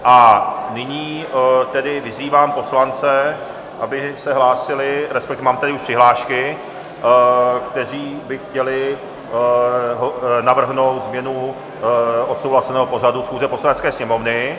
A nyní tedy vyzývám poslance, aby se hlásili, respektive mám tady už přihlášky, kteří by chtěli navrhnout změnu odsouhlaseného pořadu schůze Poslanecké sněmovny.